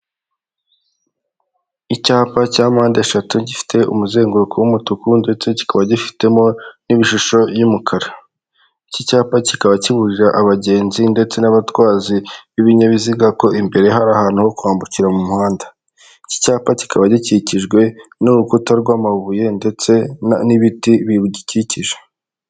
Icyapa cya mpande eshatu gifite umuzenguruko w'umutuku ndetse kikaba gifitemo n'ibishusho y'umukara, iki cyapa kikaba kiburira abagenzi ndetse n'abatwazi b'ibinyabiziga ko imbere hari ahantu ho kwambukira mu muhanda, iki cyapa kikaba gikikijwe n'urukuta rw'amabuye ndetse n'ibiti bigikikije.